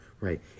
right